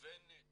ומכוונת